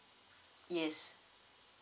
yes